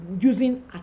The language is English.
using